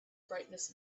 brightness